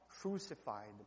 crucified